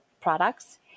products